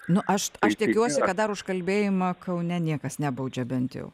nu aš aš tikiuosi kad dar už kalbėjimą kaune niekas nebaudžia bent jau